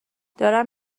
دارم